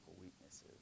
weaknesses